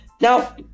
Now